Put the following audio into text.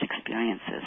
experiences